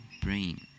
Brain